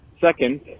Second